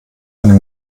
eine